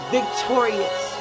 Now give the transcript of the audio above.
Victorious